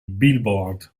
billboard